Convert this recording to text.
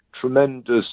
tremendous